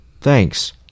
Thanks